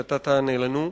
שאתה תענה לנו.